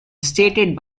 stated